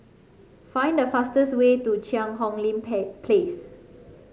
find the fastest way to Cheang Hong Lim Place